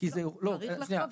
צריך לחשוב,